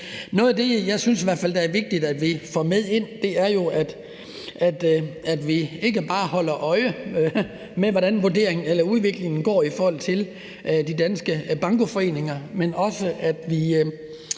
Noget af det, jeg i hvert fald synes er vigtigt at vi får med, er, at vi ikke bare holder øje med, hvordan udviklingen går i forhold til de danske bankoforeninger, men at vi